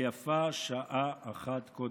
ויפה שעה אחת קודם.